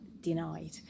denied